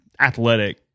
athletic